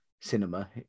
cinema